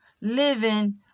living